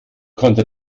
konnte